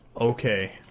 Okay